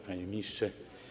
Panie Ministrze!